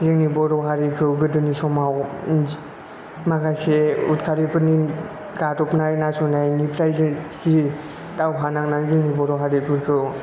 जोंनि बर' हारिखौ गोदोनि समाव माखासे उदखारिफोरनि गादबनाय नासयनाय निफ्राय जे दावहा नांनानै जोंनि बर' हारिफोरखौ